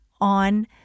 on